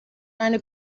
eine